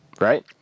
Right